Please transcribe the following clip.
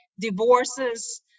divorces